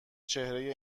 چهره